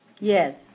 Yes